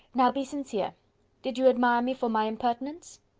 now be sincere did you admire me for my impertinence?